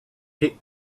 pit